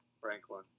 Franklin